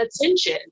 attention